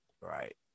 right